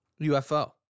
ufo